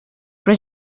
però